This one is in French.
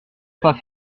pas